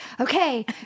okay